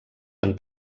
han